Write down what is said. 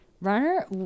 runner